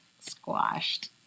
squashed